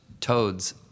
Toads